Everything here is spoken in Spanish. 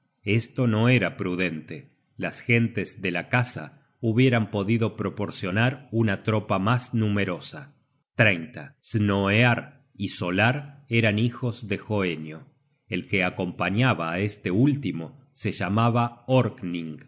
esto no era prudente las gentes de la casa hubieran podido proporcionar una tropa mas numerosa snoear y solar eran hijos de hoenio el que acompañaba á este último se llamaba